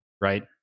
right